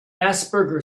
asperger